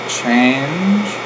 change